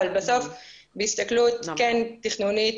אבל בסוף בהסתכלות כן תכנונית,